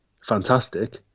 fantastic